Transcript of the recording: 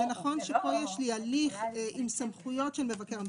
זה נכון שפה יש לי הליך עם סמכויות של מבקר המדינה.